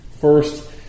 first